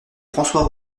françois